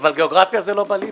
אבל גאוגרפיה זה לא ב"ליבה".